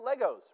Legos